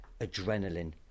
adrenaline